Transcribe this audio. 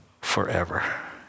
forever